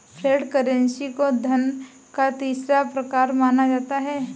flat currency को धन का तीसरा प्रकार माना जाता है